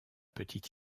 petite